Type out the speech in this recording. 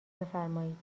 بفرمایید